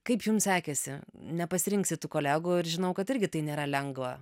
kaip jum sekėsi nepasirinksit tų kolegų ir žinau kad irgi tai nėra lengva